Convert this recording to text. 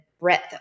breadth